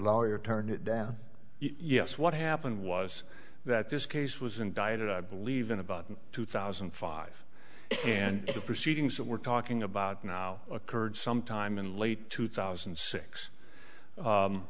lawyer turned it down yes what happened was that this case was indicted i believe in about two thousand and five and the proceedings that we're talking about now occurred sometime in late two thousand